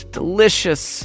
delicious